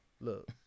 Look